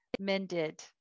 mended